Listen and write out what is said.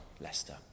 Leicester